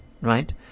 Right